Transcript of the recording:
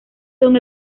son